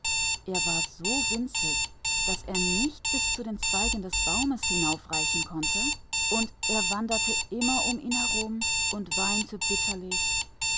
er war so klein daß er nicht an die äste hinaufreichen konnte und er lief immer um den baum herum und weinte bitterlich